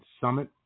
Summit